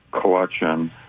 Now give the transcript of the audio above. collection